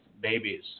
babies